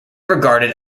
regarded